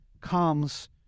comes